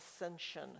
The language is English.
Ascension